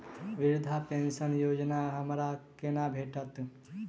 वृद्धा पेंशन योजना हमरा केना भेटत?